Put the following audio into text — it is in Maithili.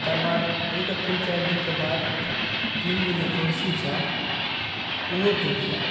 एकर बाद ओहिके तीन चारि दिनके बाद तीन गो जे कुरसी छल ओहो टुटि गेल